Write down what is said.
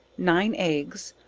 nine eggs,